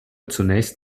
zunächst